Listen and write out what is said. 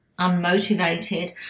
unmotivated